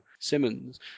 Simmons